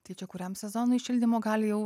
tai čia kuriam sezonui šildymo gali jau